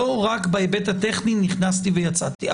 לא רק בהיבט הטכני נכנסתי ויצאתי.